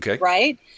right